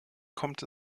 kommt